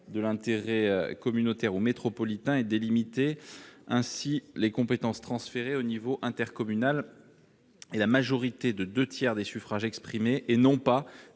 de l'intérêt communautaire ou métropolitain et délimiter ainsi les compétences transférées au niveau intercommunal est la majorité des deux tiers des suffrages exprimés, et non pas